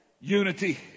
unity